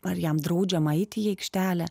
ar jam draudžiama eiti į aikštelę